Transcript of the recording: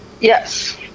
Yes